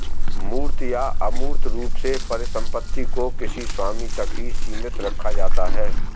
मूर्त या अमूर्त रूप से परिसम्पत्ति को किसी स्वामी तक ही सीमित रखा जाता है